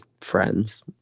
friends